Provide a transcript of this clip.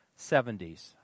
70s